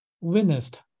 witnessed